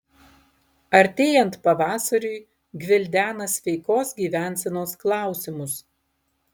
artėjant pavasariui gvildena sveikos gyvensenos klausimus